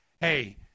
hey